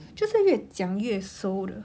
就是越讲越熟